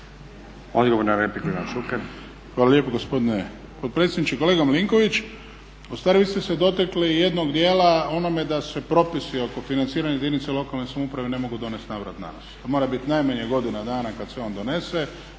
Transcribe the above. Šuker. **Šuker, Ivan (HDZ)** Hvala lijepo gospodine potpredsjedniče. Kolega Milinković ustvari vi ste se dotakli jednog dijela u onome da se propisi oko financiranja jedinice lokalne samouprave ne mogu donijeti na vrat na nos. To mora biti najmanje godina dana kad se on donese